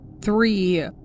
three